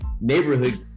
neighborhood